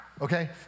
Okay